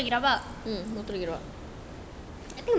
motor lagi rabak